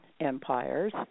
empires